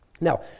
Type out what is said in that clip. Now